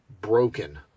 broken